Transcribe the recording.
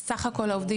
מבחינת סך כל העובדים